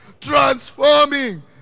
transforming